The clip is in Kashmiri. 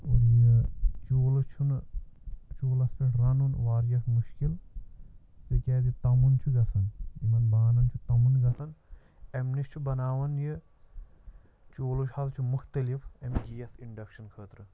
یہِ چوٗلہٕ چھُنہٕ چوٗلَس پٮ۪ٹھ رَنُن واریاہ مُشکِل تِکیٛازِ تَمُن چھُ گَژھان یِمَن بانَن چھُ تَمُن گژھان اَمہِ نِش چھُ بَناوان یہِ چوٗلہٕ حظ چھُ مُختلِف اَمہِ گیس اِنٛڈَکشَن خٲطرٕ